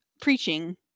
preaching